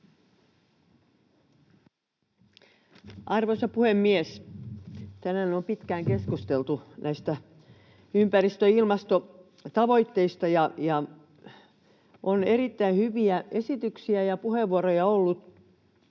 Arvoisa puhemies! Tänään on pitkään keskusteltu näistä ympäristö- ja ilmastotavoitteista, ja on erittäin hyviä esityksiä ja puheenvuoroja ollut,